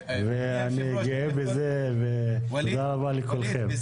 אני גאה בזה, תודה רבה לכולכם.